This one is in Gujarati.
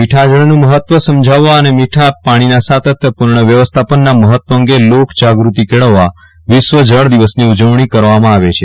મીઠા જળનું મહત્વ સમજાવવા અને મીઠા પાણીના સાત્તત્યપૂર્ણ વ્યવસ્થાપનના મહત્વ અંગે લોકજાગ્રતિ કેળવવા વિશ્વ જળ દિવસની ઉજવણી કરવામાં આવે છે